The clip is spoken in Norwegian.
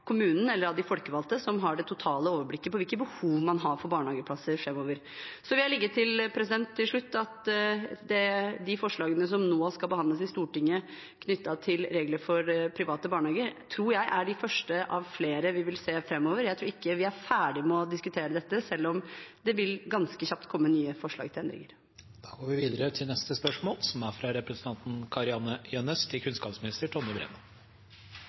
kommunen eller av de folkevalgte som har det totale overblikket på hvilke behov man har for barnehageplasser framover. Jeg vil legge til at de forslagene som nå skal behandles i Stortinget knyttet til regler for private barnehager, trolig er de første av flere vi vil se framover. Jeg tror ikke vi er ferdige med å diskutere dette, selv om det ganske kjapt vil komme nye forslag til endringer. «Hvordan oppfatter statsråden barnehagesektorens kapasitet til å dekke behovet for barnehageplasser som